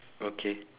okay